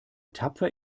tapfer